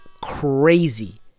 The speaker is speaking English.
crazy